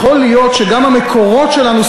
דיברה על המכללה שהיא מנהלת,